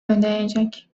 ödeyecek